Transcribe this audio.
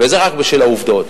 וזה רק בשביל להציג את העובדות.